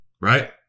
right